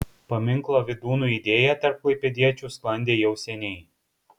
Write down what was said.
paminklo vydūnui idėja tarp klaipėdiečių sklandė jau seniai